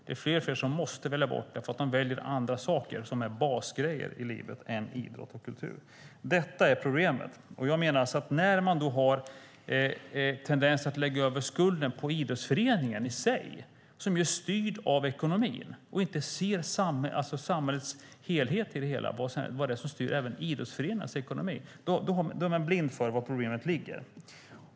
Det är allt fler som måste välja bort det här därför att de väljer annat som är mer basgrejer i livet än idrott och kultur. Detta är problemet. När det finns en tendens att lägga över skulden på idrottsföreningen, som ju är styrd av ekonomin, och inte se samhällets helhet i det hela, vad det är som styr även idrottsföreningarnas ekonomi, då är man blind för vari problemet ligger.